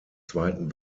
zweiten